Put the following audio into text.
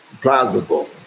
plausible